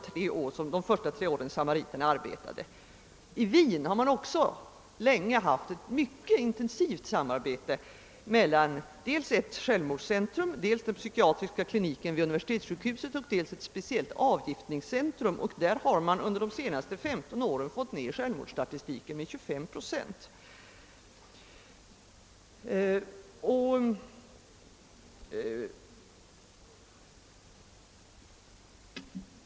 I Wien har det också länge bedrivits ett intensivt samarbete mellan ett självmordscentrum, den psykiatriska kliniken vid universitetssjukhuset och ett avgiftningscentrum, och man har fått ned självmordsstatistiken med 25 procent de senaste 15 åren.